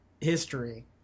history